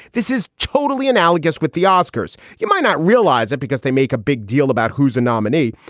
this is totally analogous with the oscars. you might not realize it because they make a big deal about who's a nominee,